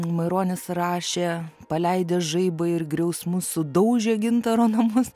maironis rašė paleidęs žaibą ir griausmus sudaužė gintaro namus